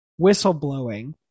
whistleblowing